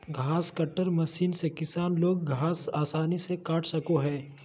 घास cutter machine से किसान लोग घास आसानी से काट सको हथिन